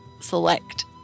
select